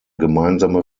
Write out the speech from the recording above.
gemeinsame